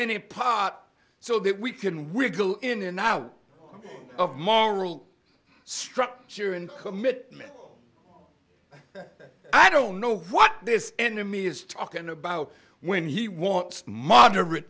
a pot so that we can wiggle in and out of moral structure and commitment i don't know what this enemy is talking about when he wants moderate